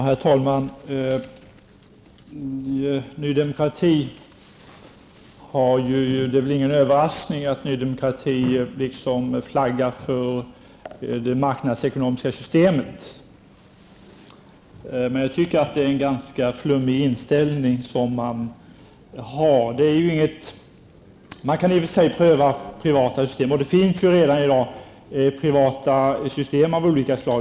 Herr talman! Det är väl ingen överraskning att Ny Demokrati liksom ''flaggar'' för det marknadsekonomiska systemet, men jag tycker att partiet har en ganska flummig inställning. I och för sig kan man pröva privata system. Det finns redan i dag privata system av olika slag.